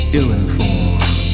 ill-informed